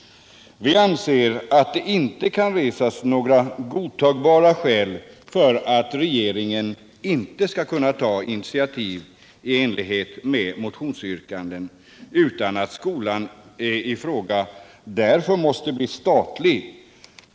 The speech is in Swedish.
Vi anser att det inte kan resas några godtagbara skäl för att regeringen inte skall kunna ta initiativ i enlighet med motionsyrkandet utan att skolan i fråga därför måste bli statlig.